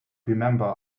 remember